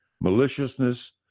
maliciousness